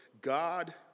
God